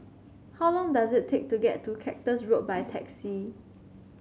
how long does it take to get to Cactus Road by taxi